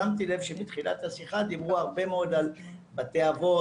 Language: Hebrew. שמתי לב שבתחילת השיחה דיברו הרבה מאוד על בתי אבות,